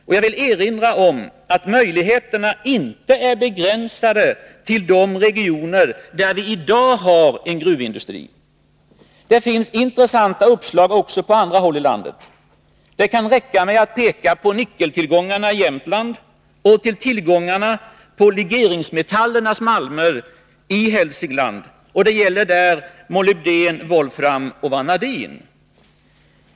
Och jag vill erinra om att möjligheterna inte är begränsade till de regioner där vi i dag har en gruvindustri. Det finns intressanta uppslag också på andra håll i landet. Det kan räcka med att peka på nickeltillgångarna i Jämtland och tillgångarna på legeringsmetallernas malmer i Hälsingland — det gäller där molybden, volfram och vanadin.